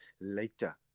later